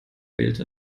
wählte